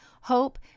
hope